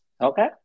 Okay